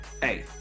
Hey